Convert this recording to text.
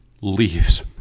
leaves